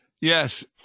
yes